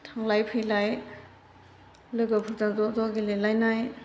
थांलाय फैलाय लोगोफोरजों ज' ज'गेलेलायनाय